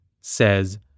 says